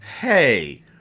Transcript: Hey